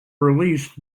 released